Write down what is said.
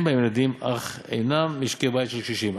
בהן ילדים אך אינן משקי בית של קשישים.